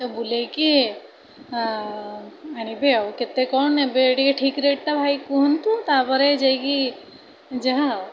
ତ ବୁଲେଇକି ଆଣିବେ ଆଉ କେତେ କ'ଣ ନେବେ ଏ ଟିକିଏ ଠିକ୍ ରେଟ୍ଟା ଭାଇ କୁହନ୍ତୁ ତା'ପରେ ଯାଇକି ଯାହା ଆଉ